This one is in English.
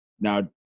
now